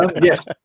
Yes